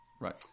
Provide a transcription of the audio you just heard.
right